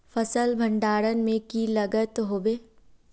फसल भण्डारण में की लगत होबे?